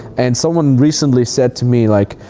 and someone recently said to me like,